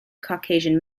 caucasian